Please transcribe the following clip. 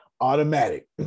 automatic